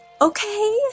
Okay